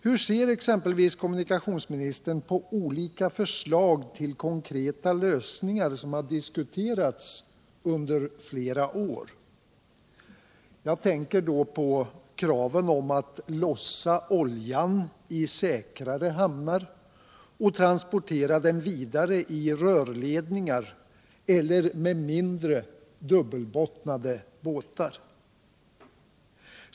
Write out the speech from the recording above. Hur ser exempelvis kommunikationsministern på olika förslag till konkreta lösningar som diskuterats under flera år? Jag tänker på kraven att lossa oljan i säkrare hamnar och transportera den vidare i rörledningar, på järnväg eller med mindre, dubbelbottnade båtar.